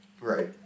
Right